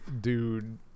Dude